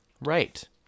Right